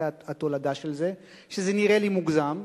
זו התולדה של זה, שזה נראה לי מוגזם,